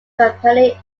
company